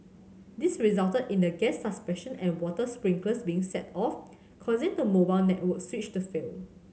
this resulted in the gas suppression and water sprinklers being set off causing the mobile network switch to fail